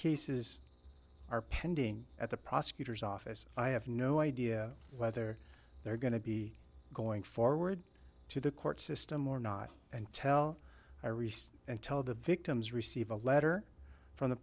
cases are pending at the prosecutor's office i have no idea whether they're going to be going forward to the court system or not and tell i researched and tell the victims receive a letter from the